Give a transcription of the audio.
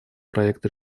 проект